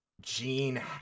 Gene